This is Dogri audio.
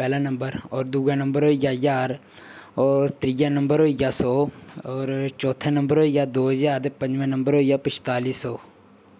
पैह्ला नंबर और दूआ नंबर होई गेआ ज्हार और त्रीया नंबर होई गेआ सौ और चौथा नंबर होई गेआ दो ज्हार ते पञमां नंबर होई गेआ पंजताली सौ